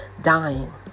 dying